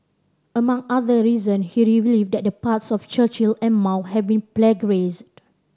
among other reason he revealed that the parts on Churchill and Mao have been plagiarised